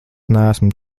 neesmu